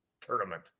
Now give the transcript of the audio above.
tournament